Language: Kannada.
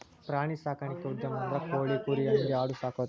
ಪ್ರಾಣಿ ಸಾಕಾಣಿಕಾ ಉದ್ಯಮ ಅಂದ್ರ ಕೋಳಿ, ಕುರಿ, ಹಂದಿ ಆಡು ಸಾಕುದು